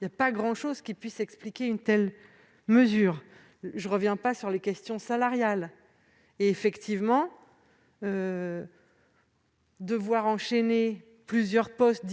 Il n'y a pas grand-chose qui puisse justifier une telle mesure. Je ne reviens pas sur les questions salariales. Devoir enchaîner plusieurs postes,